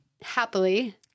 happily